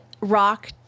Rock